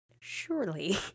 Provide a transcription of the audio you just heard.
surely